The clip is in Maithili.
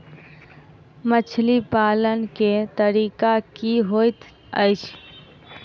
मछली पालन केँ तरीका की होइत अछि?